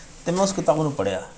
ਅਤੇ ਮੈ ਉਸ ਕਿਤਾਬ ਨੂੰ ਪੜ੍ਹਿਆ